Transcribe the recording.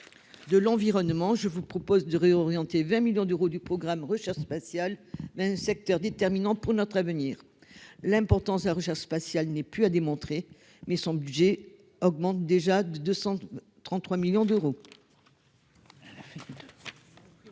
environnemental : je vous propose de réorienter 20 millions d'euros du programme « Recherche spatiale » vers ce secteur déterminant pour notre avenir. L'importance de la recherche spatiale n'est plus à démontrer, mais son budget augmente déjà de 223 millions d'euros.